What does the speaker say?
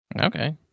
Okay